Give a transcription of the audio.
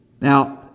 Now